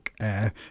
Air